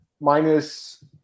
minus